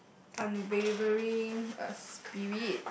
unwavering spirit